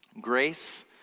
Grace